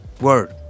Word